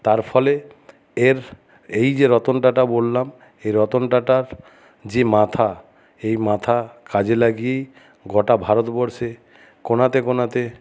তার ফলে এর এই যে রতন টাটা বললাম এ রতন টাটার যে মাথা এই মাথা কাজে লাগিয়েই গোটা ভারতবর্ষে কোণাতে কোণাতে